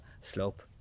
slope